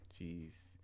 Jeez